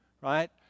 right